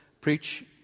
Preach